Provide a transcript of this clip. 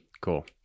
Cool